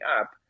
up